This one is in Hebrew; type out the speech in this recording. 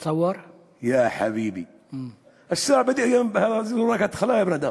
יא חביבי, זה רק התחלה, יא בן-אדם.